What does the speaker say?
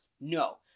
no